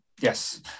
yes